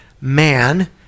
man